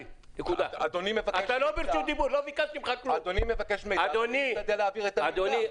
אדוני מבקש מידע, אני מבקש להעביר את המידע.